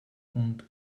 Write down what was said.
und